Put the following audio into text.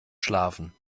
schlafen